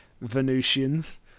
Venusians